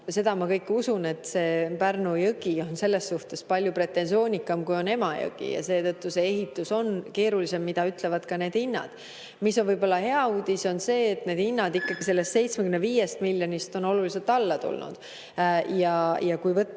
öelda. Ma seda usun, et Pärnu jõgi on selles suhtes palju pretensioonikam, kui on Emajõgi, ja seetõttu see ehitus on keerulisem, mida ütlevad ka need hinnad. Võib-olla on hea uudis see, et need hinnad on ikkagi sellest 75 miljonist oluliselt alla tulnud. Kui vaadata,